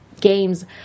games